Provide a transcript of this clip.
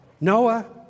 Noah